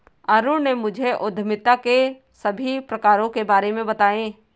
अरुण ने मुझे उद्यमिता के सभी प्रकारों के बारे में बताएं